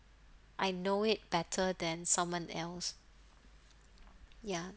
I know it better than someone else ya